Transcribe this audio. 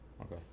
Okay